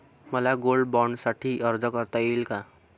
मला गोल्ड बाँडसाठी अर्ज करता येईल का?